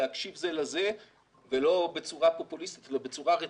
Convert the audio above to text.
להקשיב זה לזה ולא בצורה פופוליסטית אלא בצורה רצינית,